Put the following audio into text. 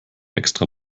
extra